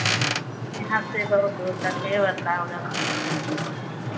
यहाँ से बहुत दूर तक है प्रतापगढ़ तक है